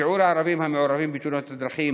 שיעור הערבים המעורבים בתאונות דרכים